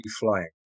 flying